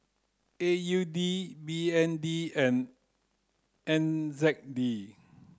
A U D B N D and N Z D